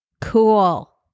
Cool